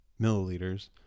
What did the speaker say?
milliliters